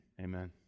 Amen